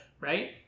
Right